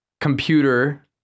computer